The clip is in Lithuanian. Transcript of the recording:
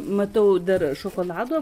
matau dar šokolado